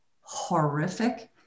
horrific